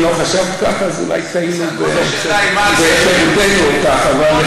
אם לא חשבת כך, אולי טעינו בהיכרותנו אותך.